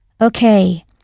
Okay